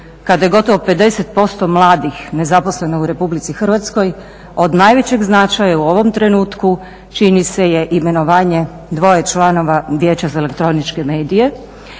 kada je gotovo 50% mladih nezaposleno u RH od najvećeg značaja u ovom trenutku čini se je imenovanje dvoje članova Vijeća za elektroničke medije